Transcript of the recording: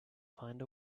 find